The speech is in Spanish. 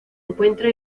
encuentra